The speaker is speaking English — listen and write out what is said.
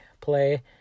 play